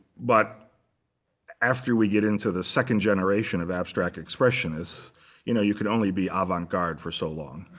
but after we get into the second generation of abstract expressionists you know you could only be avant garde for so long,